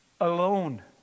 alone